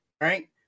right